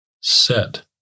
Set